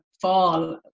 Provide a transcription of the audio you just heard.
fall